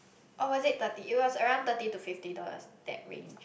or was it thirty it was around thirty to fifty dollars that range